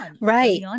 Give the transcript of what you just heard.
right